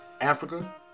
Africa